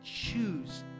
choose